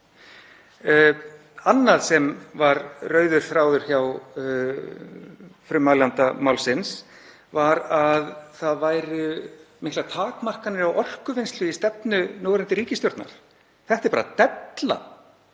Annað sem var rauður þráður hjá frummælanda málsins var að það væru miklar takmarkanir á orkuvinnslu í stefnu núverandi ríkisstjórnar. Það er bara della.